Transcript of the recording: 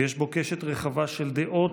ויש בו קשת רחבה של דעות,